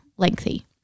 Lengthy